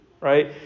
right